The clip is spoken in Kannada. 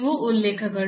ಇವು ಉಲ್ಲೇಖಗಳು